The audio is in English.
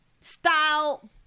style